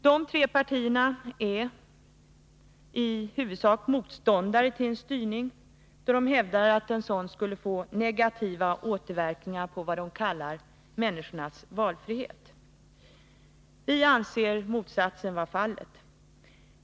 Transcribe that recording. Dessa tre partier är i huvudsak motståndare till en styrning, då de hävdar att en sådan skulle få negativa återverkningar på vad de kallar människornas valfrihet. Vi anser motsatsen vara fallet.